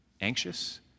anxious